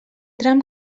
tram